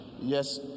Yes